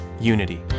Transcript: Unity